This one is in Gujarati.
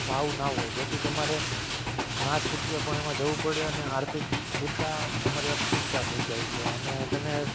ભાવ ના હોય જેથી તમારે ના છૂટકે પણ એમાં જવું પડે અને આર્થિક સ્થિરતા તમારી અસ્થિરતા થઇ જાય છે અને તમે